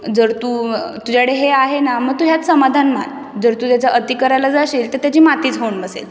जर तू तुझ्याकडे हे आहे ना मग तू ह्यात समाधान मान जर तू त्याचं अती करायला जाशील तर त्याची मातीच होऊन बसेल